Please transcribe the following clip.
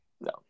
No